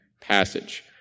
passage